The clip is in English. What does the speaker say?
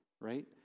Right